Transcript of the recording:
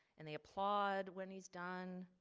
and they applaud when he's done.